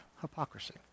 hypocrisy